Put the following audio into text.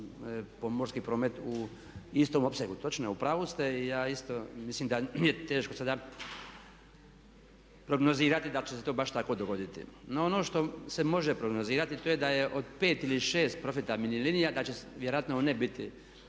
pomorski promet u istom opsegu. Točno je, u pravu ste i ja isto mislim da nije teško sada prognozirati da će se to baš tako dogoditi. No, ono što se može prognozirati to je da je od pet ili šest profitabilnih linija da će vjerojatno one biti